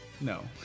No